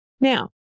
Now